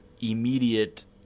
immediate